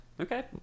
Okay